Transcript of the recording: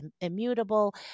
immutable